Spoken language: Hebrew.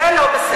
זה לא בסדר.